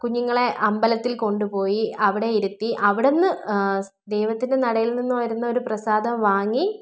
കുഞ്ഞുങ്ങളെ അമ്പലത്തിൽ കൊണ്ടുപോയി അവിടെ ഇരുത്തി അവിടുന്ന് ദൈവത്തിൻ്റെ നടയിൽ നിന്ന് വരുന്ന ഒരു പ്രസാദം വാങ്ങി